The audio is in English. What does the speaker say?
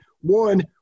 One